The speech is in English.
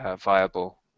viable